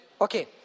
Okay